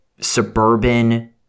suburban